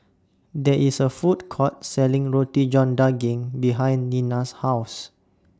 There IS A Food Court Selling Roti John Daging behind Nina's House